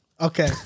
Okay